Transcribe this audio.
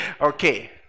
Okay